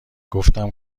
گفتم